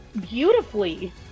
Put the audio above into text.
beautifully